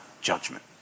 judgment